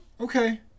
okay